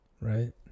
right